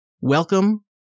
welcome